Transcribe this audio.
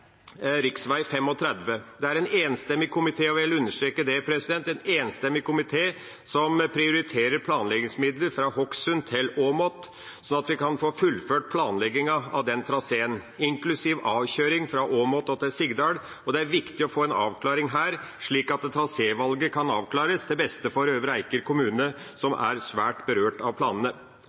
rv. 35: Det er en enstemmig komité – og jeg vil understreke det – som prioriterer planleggingsmidler til strekningen Hokksund–Åmot, slik at vi kan få fullført planleggingen av den traseen, inklusiv avkjøring fra Åmot til Sigdal. Det er viktig å få en avklaring her, slik at trasévalget kan avklares til beste for Øvre Eiker kommune, som er svært berørt av planene.